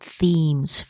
themes